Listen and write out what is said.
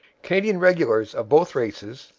canadian regulars of both races,